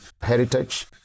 heritage